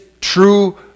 true